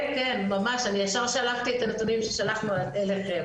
אני ישר שלפתי את הנתונים ששלחתי אליכם.